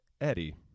Eddie